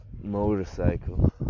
motorcycle